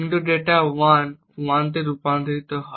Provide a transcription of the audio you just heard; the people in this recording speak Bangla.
কিন্তু ডেটা 1 1 থেকে 0 তে রূপান্তরিত হয়